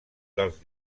dels